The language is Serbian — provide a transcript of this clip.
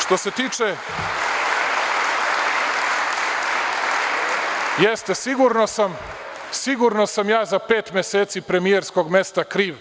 Što se tiče, sigurno sam ja za pet meseci premijerskog mesta kriv